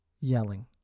Yelling